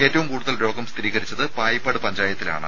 ഏറ്റവും കൂടുതൽ രോഗം സ്ഥിരീകരിച്ചത് പായിപ്പാട് പഞ്ചായത്തിലാണ്